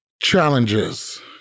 Challenges